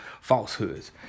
falsehoods